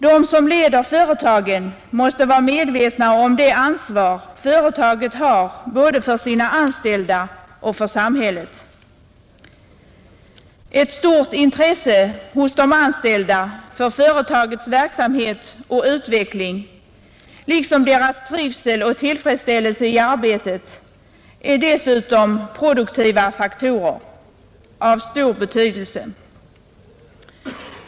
De som leder företagen måste vara medvetna om det ansvar företagen har både för sina anställda och för samhället. Ett stort intresse hos de anställda för företagets verksamhet och utveckling liksom deras trivsel och tillfredsställelse i arbetet är dessutom produktiva faktorer av stor betydelse.